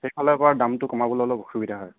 সেইফালৰ পৰা দামটো কমাবলৈ অলপ অসুবিধা হয়